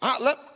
Let